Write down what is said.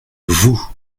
vous